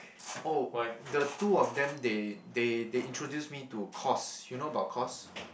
oh the two of them they they they introduce me to Cos you know about Cos